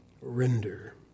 render